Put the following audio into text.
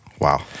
wow